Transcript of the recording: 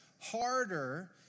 Harder